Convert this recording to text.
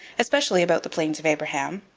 especially about the plains of abraham,